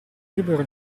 libero